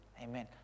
Amen